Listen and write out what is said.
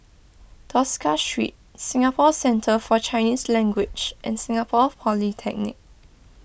Tosca Street Singapore Centre for Chinese Language and Singapore Polytechnic